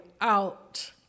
out